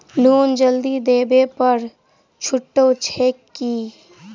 Loan जल्दी देबै पर छुटो छैक की?